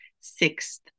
sixth